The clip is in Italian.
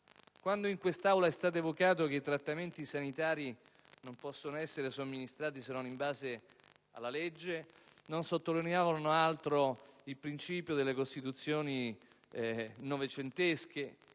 Quando in quest'Aula è stato evocato che i trattamenti sanitari non possono essere somministrati se non in base alla legge, non si sottolineava altro che il principio delle Costituzioni novecentesche,